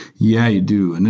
yeah you do,